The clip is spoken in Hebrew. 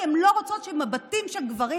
כי הן לא רוצות שמבטים של גברים,